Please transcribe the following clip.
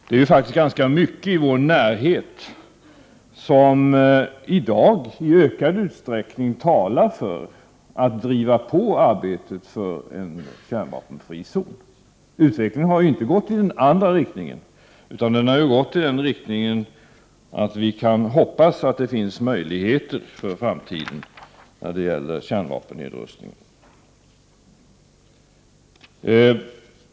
Det är faktiskt ganska mycket i vår närhet som i dag i ökad utsträckning talar för att arbetet drivs på för en kärnvapenfri zon. Utvecklingen har inte gått i den andra riktningen, utan i den riktningen att vi kan hoppas att det finns möjligheter för framtiden när det gäller kärnvapennedrustning.